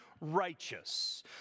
righteous